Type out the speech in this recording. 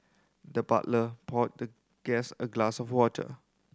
the butler poured the guest a glass of water